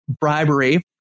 bribery